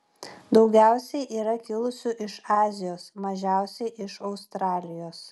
daugiausiai yra kilusių iš azijos mažiausia iš australijos